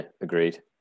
agreed